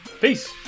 Peace